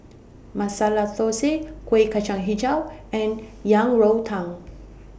Masala Thosai Kueh Kacang Hijau and Yang Rou Tang